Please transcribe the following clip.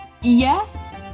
Yes